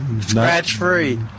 scratch-free